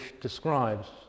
describes